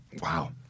Wow